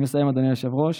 אני מסיים, אדוני היושב-ראש.